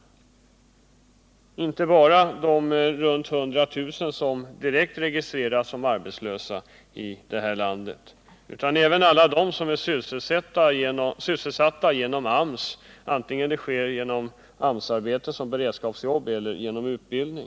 Det gäller inte bara de ca 100 000 som direkt registreras som arbetslösa, utan det gäller även alla de människor som är sysselsatta genom AMS, vare sig det sker som AMS-arbete i form av beredskapsjobb eller genom utbildning.